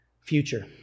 future